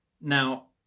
Now